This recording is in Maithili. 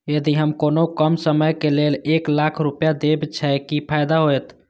यदि हम कोनो कम समय के लेल एक लाख रुपए देब छै कि फायदा होयत?